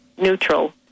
neutral